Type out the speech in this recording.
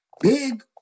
Big